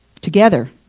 together